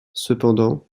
cependant